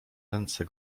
ręce